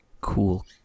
cool